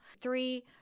Three